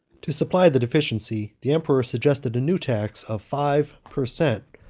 to supply the deficiency, the emperor suggested a new tax of five per cent.